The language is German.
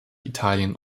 italien